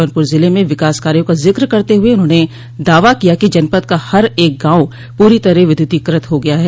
जौनपुर जिले में विकास कार्यो का जिक्र करते हुए उन्होंने दावा किया कि जनपद का हर एक गाँव पूरी तरह विद्युतीकृत हो गया है